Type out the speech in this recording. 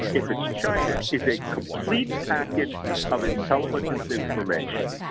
if it's china, is a complete package of intelligence information.